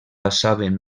passaven